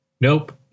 Nope